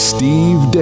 Steve